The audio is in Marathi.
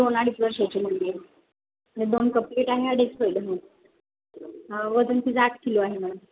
दोन अडीच वर्षाची म्हणजे दोन कप्लेट आहे अडीच पैड म वजन तिच आठ किलो आहे मॅडम